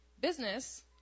business